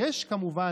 כמובן,